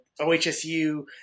OHSU